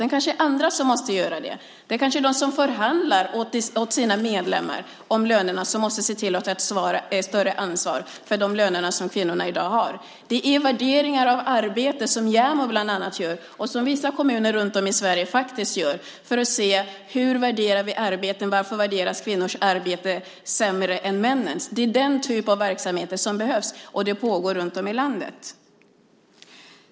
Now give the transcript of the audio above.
Det kanske är andra som måste göra det. Det är kanske de som förhandlar åt sina medlemmar om lönerna som måste se till att ta ett större ansvar för de löner som kvinnorna i dag har. Det handlar om värderingar av arbete som JämO bland annat gör och som vissa kommuner runtom i Sverige faktiskt gör för att se: Hur värderar vi arbeten? Varför värderas kvinnors arbete lägre än männens? Det är den typ av verksamheter som behövs, och det pågår runtom i landet.